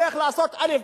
הולך לעשות א',